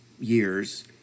years